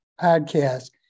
podcast